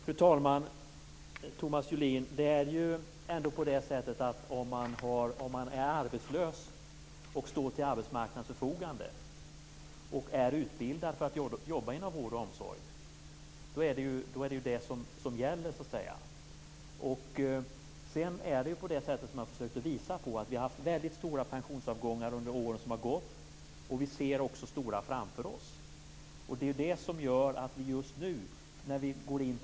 Fru talman! Om man är arbetslös, Thomas Julin, och står till arbetsmarknadens förfogande och är utbildad att jobba inom vård och omsorg är det vad som gäller. Vi har, vilket jag har försökt att visa på, haft väldigt stora pensionsavgångar under de år som har gått, och vi ser också stora pensionsavgångar framför oss.